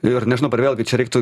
ir nežinau dabar vėlgi čia reiktų